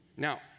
Now